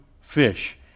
fish